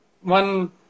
one